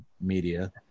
media